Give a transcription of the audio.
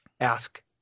ask